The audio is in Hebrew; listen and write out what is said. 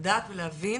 לדעת ולהבין,